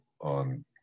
on